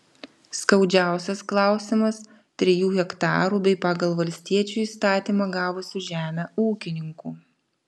skaudžiausias klausimas trijų hektarų bei pagal valstiečių įstatymą gavusių žemę ūkininkų